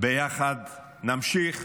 ביחד נמשיך.